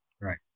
Right